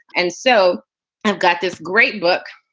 and so i've got this great book.